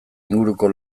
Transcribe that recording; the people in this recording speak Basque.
inguruko